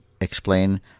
explain